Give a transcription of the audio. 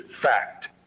fact